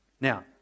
Now